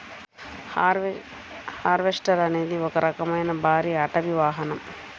harvester అనేది ఒక రకమైన భారీ అటవీ వాహనం